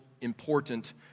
important